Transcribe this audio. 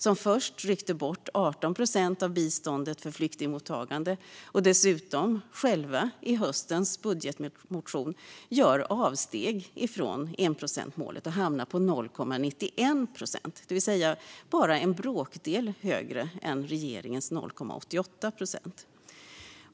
De ryckte först bort 18 procent av biståndet för flyktingmottagande och gjorde sedan själva i höstens budgetmotion avsteg från enprocentsmålet så att det skulle hamna på 0,91 procent, det vill säga bara en bråkdel högre än regeringens 0,88 procent.